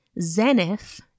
Zenith